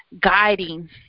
guiding